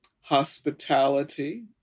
hospitality